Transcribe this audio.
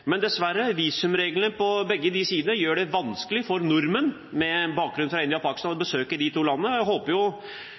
Men dessverre, visumreglene på begge sider gjør det vanskelig for nordmenn med en bakgrunn fra India og Pakistan å besøke de to landene. Jeg